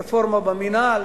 רפורמה במינהל,